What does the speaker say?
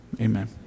amen